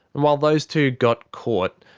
and while those two got caught,